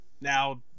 now